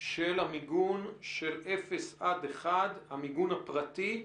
של המיגון של אפס עד אחד קילומטר, המיגון הפרטי,